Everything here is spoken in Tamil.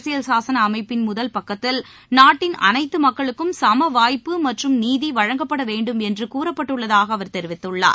அரசியல் சாசன அமைப்பின் முதல் பக்கத்தில் நாட்டின் அனைத்து மக்களுக்கும் சம வாய்ப்பு மற்றும் நீதி வழங்கப்படவேண்டும் என்று கூறப்பட்டுள்ளதாக அவர் தெரிவித்துள்ளார்